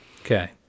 Okay